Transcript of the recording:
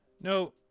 no